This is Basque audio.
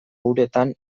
uretan